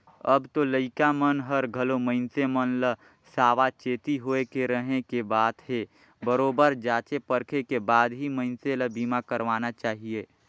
अब तो लइका मन हर घलो मइनसे मन ल सावाचेती होय के रहें के बात हे बरोबर जॉचे परखे के बाद ही मइनसे ल बीमा करवाना चाहिये